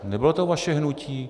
Nebylo to vaše hnutí?